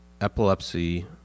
epilepsy